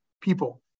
people